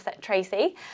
Tracy